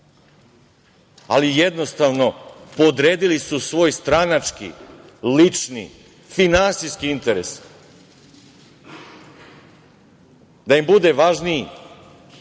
ali jednostavno podredili su svoj stranački lični i finansijski interes da im bude važniji